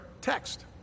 text